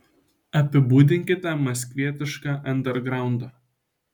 apibūdinkite maskvietišką andergraundą